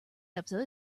episode